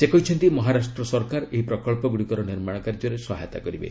ସେ କହିଛନ୍ତି ମହାରାଷ୍ଟ୍ର ସରକାର ଏହି ପ୍ରକଳ୍ପଗୁଡ଼ିକର ନିର୍ମାଣ କାର୍ଯ୍ୟରେ ସହାୟତା କରିବେ